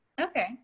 Okay